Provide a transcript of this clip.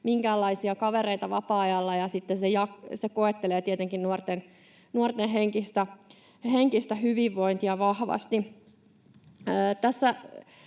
minkäänlaisia kavereita vapaa-ajalla, ja sitten se koettelee tietenkin nuorten henkistä hyvinvointia vahvasti.